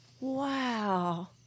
Wow